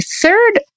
third